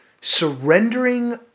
surrendering